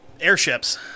Airships